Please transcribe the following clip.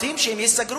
בתים ייסגרו.